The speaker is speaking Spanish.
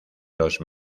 los